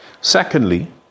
Secondly